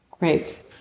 Great